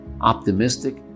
optimistic